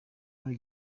hari